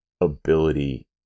ability